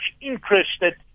interested